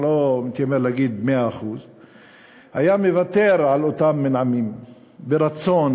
אני לא מתיימר להגיד 100% היה מוותר על אותם מנעמים ברצון,